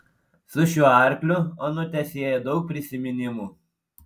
su šiuo arkliu onutę sieja daug prisiminimų